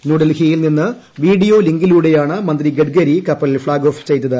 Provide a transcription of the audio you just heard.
ന്യൂഡൽഹിയിൽ നിന്ന് വിഡീയോ ലിങ്കിലൂടെയാണ് മന്ത്രി ഗഡ്കരി കപ്പൽ ഫ്ളാഗ് ഓഫ് ചെയ്തത്